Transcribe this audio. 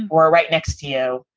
we're right next to you.